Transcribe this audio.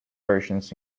versions